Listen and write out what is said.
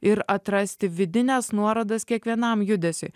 ir atrasti vidines nuorodas kiekvienam judesiui